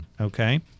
Okay